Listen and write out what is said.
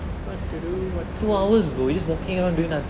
what to do what to do